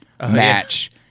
match